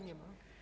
Nie ma.